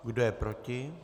Kdo je proti?